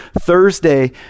Thursday